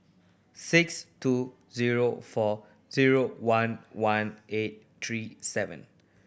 six two zero four zero one one eight three seven